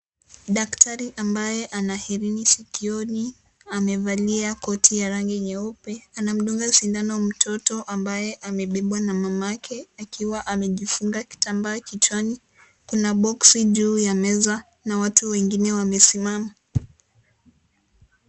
Daktari ambaye ana herini sikioni amevalia koti ya rangi nyeupe, anamdunga sindano mtoto ambaye amebebwa na mama yake , akiwa amejifunga kitambaa kichwani, kuna boksi juu ya meza, na watu wengine wamesimama.